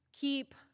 Keep